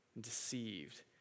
deceived